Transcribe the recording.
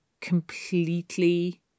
completely